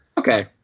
Okay